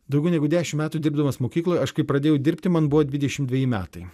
daugiau negu dešimt metų dirbdamas mokykloje aš kai pradėjau dirbti man buvo dvidešimt dveji metai